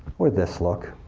or this look,